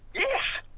yes!